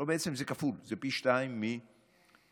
בעצם, זה כפול, זה פי שניים מאחוזם